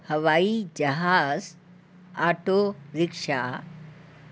हवाई जहाज़ auto rickshaw